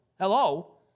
hello